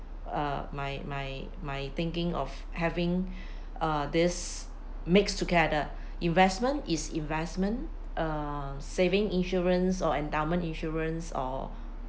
uh my my my thinking of having uh this mixed together investment is investment uh saving insurance or endowment insurance or